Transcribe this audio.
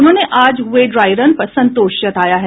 उन्होंने आज हुए ड्राई रन पर संतोष जताया है